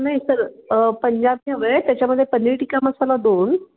नाही सर पंजाबी हवं आहे त्याच्यामध्ये पनीर टिक्का मसाला दोन